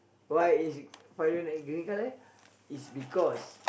why is why do like green colour is because